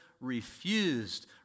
refused